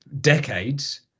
decades